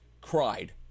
cried